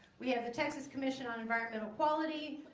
we have the texas commission on environmental quality.